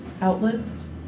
outlets